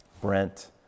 Brent